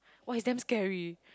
!wah! he's damn scary